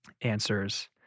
answers